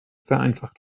vereinfacht